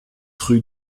rue